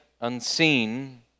unseen